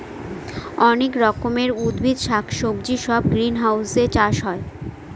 অনেক রকমের উদ্ভিদ শাক সবজি সব গ্রিনহাউসে চাষ হয়